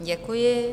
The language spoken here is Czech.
Děkuji.